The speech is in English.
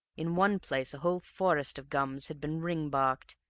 in one place a whole forest of gums had been ring-barked,